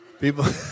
People